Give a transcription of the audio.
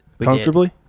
Comfortably